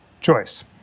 choice